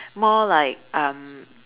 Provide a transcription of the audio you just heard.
more like um